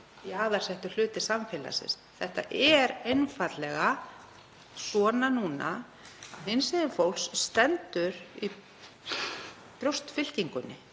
jaðarsettur hluti samfélagsins. Það er einfaldlega þannig núna að hinsegin fólk stendur í brjóstfylkingunni